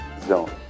zone